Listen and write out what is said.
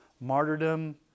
martyrdom